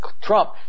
Trump